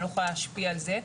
אני לא אוכל להשפיע על זה.